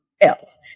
else